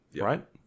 Right